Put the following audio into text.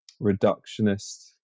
reductionist